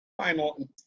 final